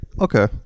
Okay